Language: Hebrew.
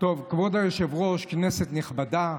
כבוד היושב-ראש, כנסת נכבדה,